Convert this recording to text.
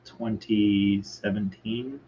2017